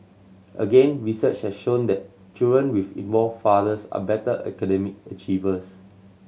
again research has shown that children with involved fathers are better academic achievers